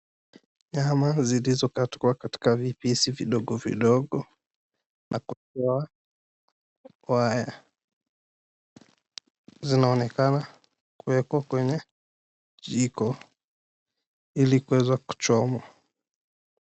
Nyama zilizokatwa katika vipisi vidogo vidogo niko kwa waya zinaonekana kuweko kwenye jiko ili kuweza kuchoma.